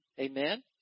amen